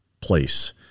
place